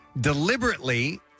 deliberately